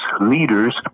leaders